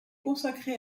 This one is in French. consacrée